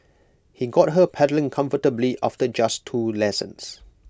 he got her pedalling comfortably after just two lessons